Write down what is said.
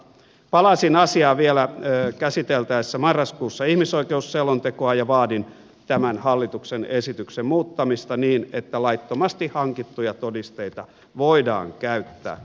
palasin asiaan vielä käsiteltäessä marraskuussa ihmisoikeusselontekoa ja vaadin tämän hallituksen esityksen muuttamista niin että laittomasti hankittuja todisteita voidaan käyttää